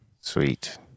Sweet